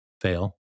fail